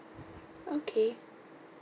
okay